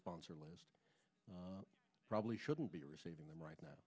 sponsor list probably shouldn't be receiving them right now